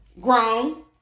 Grown